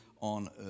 on